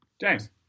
James